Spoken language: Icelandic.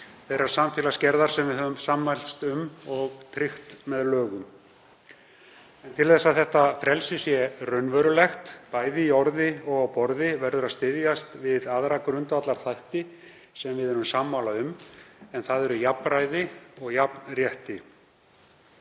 þeirrar samfélagsgerðar sem við höfum sammælst um og tryggt með lögum. Til að þetta frelsi sé raunverulegt, bæði í orði og á borði, verður að styðjast við aðra grundvallarþætti sem við erum sammála um, en það eru jafnræði og jafnrétti.